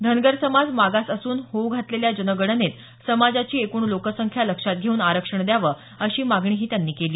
धनगर समाज मागास असून होऊ घातलेल्या जनगणनेत समाजाची एकूण लोकसंख्या लक्षात घेऊन आरक्षण द्यावे अशी मागणीही त्यांनी केली